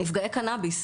הם נפגעי קנאביס.